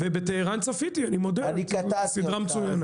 וב"טהרן" צפיתי, אני מודה, סדרה מצוינת.